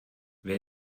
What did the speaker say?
wer